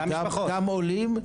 גם עולים,